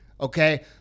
okay